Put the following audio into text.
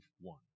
one